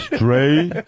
Straight